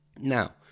now